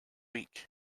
week